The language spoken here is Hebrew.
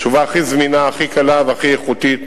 התשובה הכי זמינה, הכי קלה והכי איכותית,